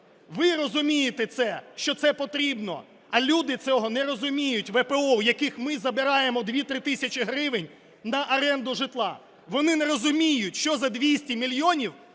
Ви розумієте це, що це потрібно, а люди цього не розуміють, ВПО, в яких ми забираємо 2-3 тисячі гривень на оренду житла. Вони не розуміють, що за 200 мільйонів